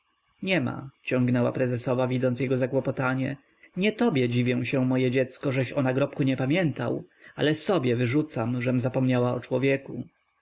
nie ma ciągnęła prezesowa widząc jego zakłopotanie nie tobie dziwię cię moje dziecko żeś o nagrobku nie pamiętał ale sobie wyrzucam żem zapomniała o człowieku